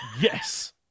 yes